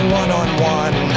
one-on-one